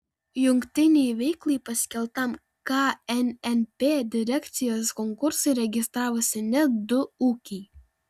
jungtinei veiklai paskelbtam knnp direkcijos konkursui registravosi net du ūkiai